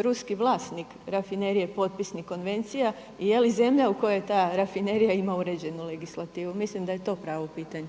ruski vlasnik rafinerije potpisnik konvencija i je li zemlja u kojoj je ta rafinerija ima uređenu legislativu? Mislim da je to pravo pitanje.